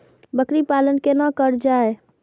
बकरी पालन केना कर जाय?